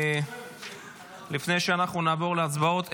לפני שאנחנו נעבור להצבעות,